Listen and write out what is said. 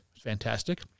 Fantastic